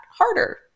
harder